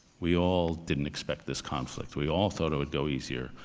we all didn't expect this conflict. we all thought it would go easier.